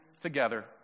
together